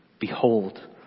Behold